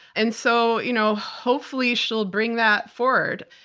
and so you know hopefully she'll bring that forward.